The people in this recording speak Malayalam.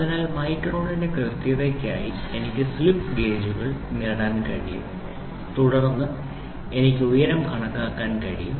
അതിനാൽ മൈക്രോണിന്റെ കൃത്യതയ്ക്കായി എനിക്ക് സ്ലിപ്പ് ഗേജുകൾ നേടാൻ കഴിയും തുടർന്ന് എനിക്ക് ഉയരം കണക്കാക്കാൻ കഴിയും